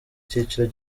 cyiciro